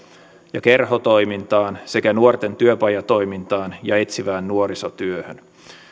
ja kerhotoimintaan sekä nuorten työpajatoimintaan ja etsivään nuorisotyöhön